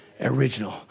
original